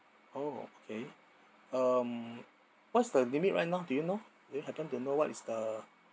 oh okay um what's the limit right now do you know do you happen to know what is the